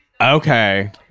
Okay